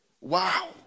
Wow